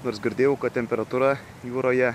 nors girdėjau kad temperatūra jūroje